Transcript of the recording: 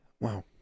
wow